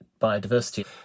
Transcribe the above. biodiversity